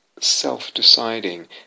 self-deciding